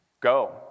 Go